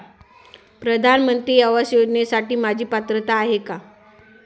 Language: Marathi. प्रधानमंत्री आवास योजनेसाठी माझी पात्रता आहे का?